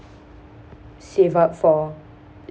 save up for